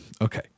Okay